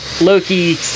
Loki